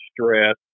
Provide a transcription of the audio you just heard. stress